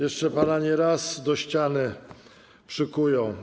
Jeszcze pana nieraz do ściany przykują.